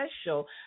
special